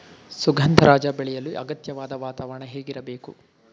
ಸುಗಂಧರಾಜ ಬೆಳೆಯಲು ಅಗತ್ಯವಾದ ವಾತಾವರಣ ಹೇಗಿರಬೇಕು?